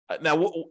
Now